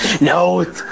no